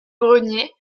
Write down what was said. grenier